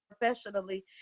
professionally